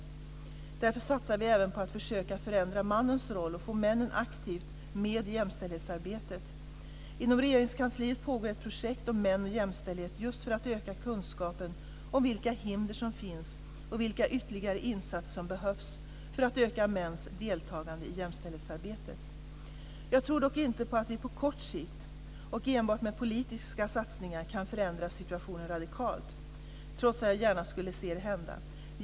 Därför satsar vi även på att försöka förändra mannens roll och få männen aktivt med i jämställdhetsarbetet. Inom Regeringskansliet pågår ett projekt om män och jämställdhet just för att öka kunskapen om vilka hinder som finns och vilka ytterligare insatser som behövs för att öka mäns deltagande i jämställdhetsarbetet. Jag tror dock inte på att vi på kort sikt och enbart med politiska satsningar kan förändra situationen radikalt - trots att jag gärna skulle se det hända.